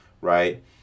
right